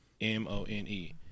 M-O-N-E